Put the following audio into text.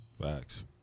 facts